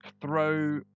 throw